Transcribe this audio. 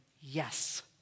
yes